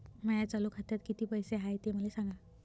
माया चालू खात्यात किती पैसे हाय ते मले सांगा